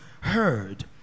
heard